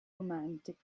romantic